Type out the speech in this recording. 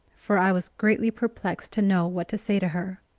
for i was greatly perplexed to know what to say to her.